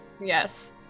Yes